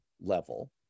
level